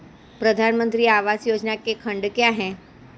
प्रधानमंत्री आवास योजना के खंड क्या हैं?